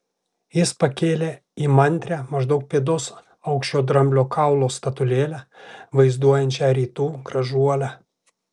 jis pakėlė įmantrią maždaug pėdos aukščio dramblio kaulo statulėlę vaizduojančią rytų gražuolę